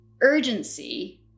urgency